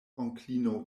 onklino